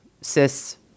cis